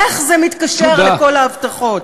איך זה מתקשר לכל ההבטחות?